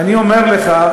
אני אומר לך,